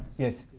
yes.